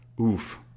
Oof